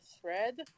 thread